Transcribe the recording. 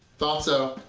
thought so.